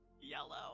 Yellow